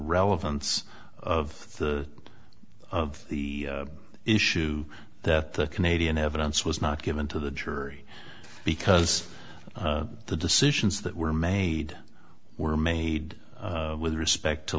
relevance of the of the issue that the canadian evidence was not given to the jury because the decisions that were made were made with respect to